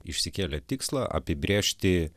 išsikėlė tikslą apibrėžti